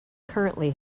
currently